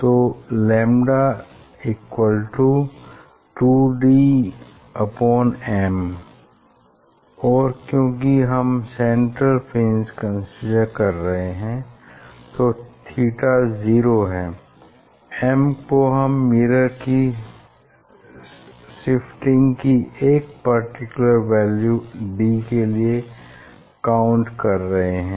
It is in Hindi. तो लैम्डा λ2dm और क्योंकि हम सेंट्रल फ्रिंज कंसीडर कर रहे हैं तो थीटा जीरो है m को हम मिरर की शिफ्टिंग की एक पर्टिकुलर वैल्यू d के लिए काउंट कर रहे हैं